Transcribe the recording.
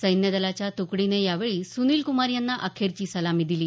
सैन्य दलाच्या तुकडीने यावेळी सुनीलकुमार यांना अखेरची सलामी दिली